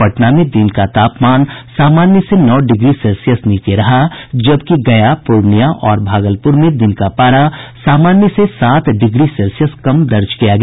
पटना में दिन का तापमान सामान्य से नौ डिग्री सेल्सियस नीचे रहा जबकि गया पूर्णिया और भागलपुर में दिन का पारा सामान्य से सात डिग्री सेल्सियस कम दर्ज किया गया